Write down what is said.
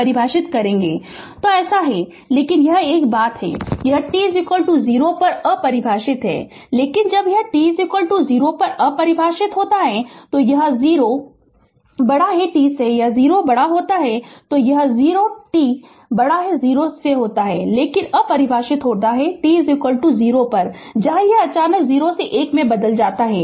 Refer Slide Time 2631 तो ऐसा है लेकिन यह एक बात है कि यह t 0 पर अपरिभाषित है लेकिन जब यह t 0 पर अपरिभाषित होता है तो यह 0 t 0 होता है यह 0 t 0 होता है लेकिन अपरिभाषित होता है t 0 पर जहाँ यह अचानक 0 से 1 में बदल जाता है